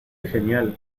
genial